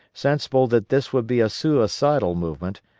sensible that this would be a suicidal movement,